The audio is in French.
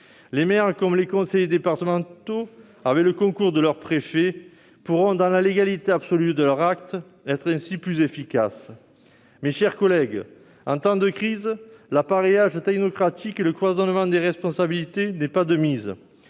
Les maires comme les conseillers départementaux, avec le concours de leur préfet, pourront, dans la légalité absolue de leurs actes, être ainsi plus efficaces. En temps de crise, l'appareillage technocratique et le cloisonnement des responsabilités ne sont pas de mise.